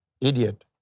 idiot